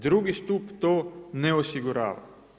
Drugi stup to ne osigurava.